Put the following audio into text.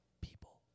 People